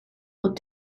aux